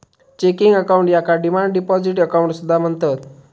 checking account याका demand deposit account असा सुद्धा म्हणतत